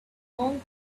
monk